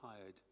tired